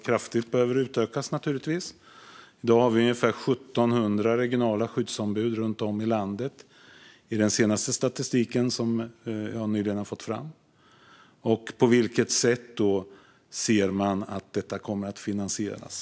Vi har ungefär 1 700 regionala skyddsombud runt om i landet, enligt den senaste statistiken som jag nyligen har fått fram. På vilket sätt ser man att de nya arbetsmiljöinspektörerna, vars roll naturligtvis kraftigt behöver utökas, ska finansieras?